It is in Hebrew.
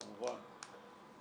כמובן,